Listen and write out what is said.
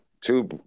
two